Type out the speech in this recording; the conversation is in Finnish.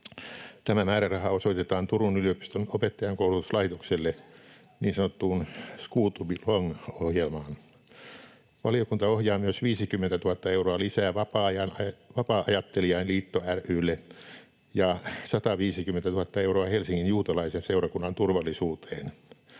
Tämä määräraha osoitetaan Turun yliopiston opettajankoulutuslaitokselle niin sanottuun School to Belong ‑ohjelmaan. Valiokunta ohjaa myös 50 000 euroa lisää Vapaa-ajattelijain Liitto ry:lle ja 150 000 euroa Helsingin juutalaisen seurakunnan turvallisuuteen.